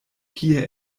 kie